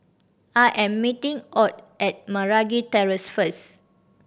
I am meeting Ott at Meragi Terrace first